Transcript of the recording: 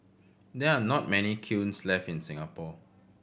there are not many kilns left in Singapore